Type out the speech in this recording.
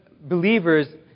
believers